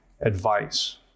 advice